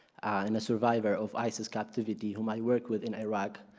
and a survivor of isis captivity, whom i worked with in iraq,